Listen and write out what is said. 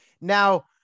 Now